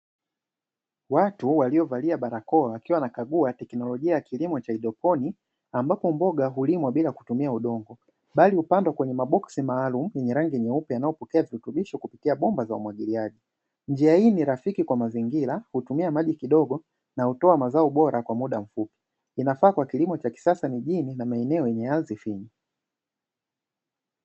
Watu waliovalia barakoa wakiwa wanakagua teknolojia ya kilimo cha haidroponi, ambapo mboga hulimwa bila kutumia udongo, bali hupandwa kwenye maboksi maalumu yenye rangi nyeupe, yanaypokea virutubisho kupitia bomba za umwagiliaji. Njia hii ni rafiki kwa mazingira, hutumia maji kidogo na hutoa mazao bora kwa muda mfupi, inafaa kwa lilimo cha kisasa mjini na maeneo yenye ardhi finyu.